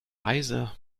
reise